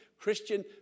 Christian